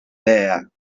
there